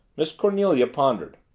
miss cornelia pondered.